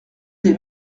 des